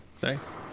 Thanks